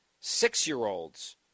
six-year-olds